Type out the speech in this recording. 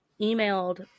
emailed